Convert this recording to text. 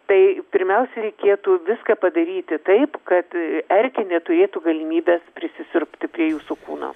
tai pirmiausia reikėtų viską padaryti taip kad erkė neturėtų galimybės prisisiurbti prie jūsų kūno